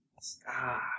Stop